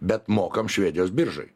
bet mokam švedijos biržai